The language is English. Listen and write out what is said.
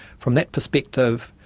from that perspective,